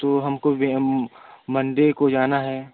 तो हमको मंडे को जाना है